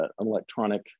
electronic